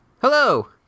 Hello